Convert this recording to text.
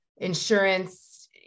insurance